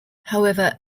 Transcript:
however